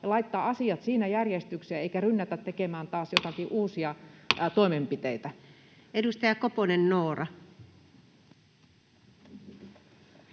ja laittaa asiat siinä järjestykseen, eikä rynnätä tekemään taas joitakin uusia toimenpiteitä. Edustaja Koponen, Noora.